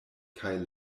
kaj